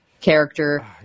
character